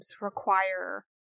require